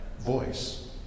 voice